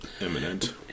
imminent